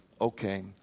Okay